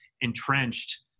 entrenched